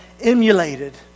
emulated